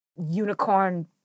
unicorn